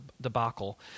debacle